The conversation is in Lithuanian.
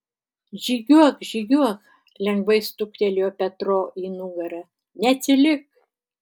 žygiuok žygiuok lengvai stuktelėjo petro į nugarą neatsilik